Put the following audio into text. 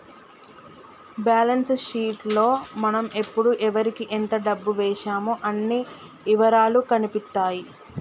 balance sheet లో మనం ఎప్పుడు ఎవరికీ ఎంత డబ్బు వేశామో అన్ని ఇవరాలూ కనిపిత్తాయి